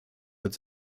mit